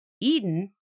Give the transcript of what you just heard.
Eden